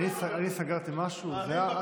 איפה?